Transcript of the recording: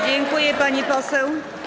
Dziękuję, pani poseł.